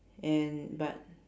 and but